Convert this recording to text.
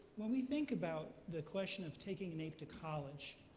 when we think about the question of taking naep to college,